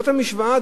זאת המשוואה.